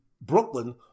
Brooklyn